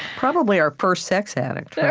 probably our first sex addict, right?